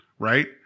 Right